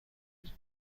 بود